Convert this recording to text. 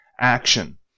action